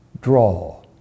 draw